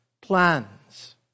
plans